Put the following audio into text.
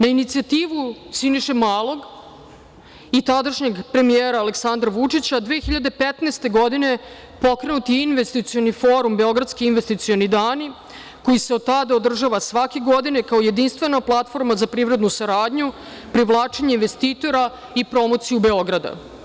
Na inicijativu Siniše Malog i tadašnjeg premijera Aleksandra Vučića 2015. godine pokrenut je investicioni forum „Beogradski investicioni dani“, koji se od tada održava svake godine kao jedinstvena platforma za privrednu saradnju, privlačenje investitora i promociju Beograda.